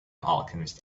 alchemist